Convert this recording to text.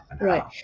Right